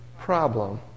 problem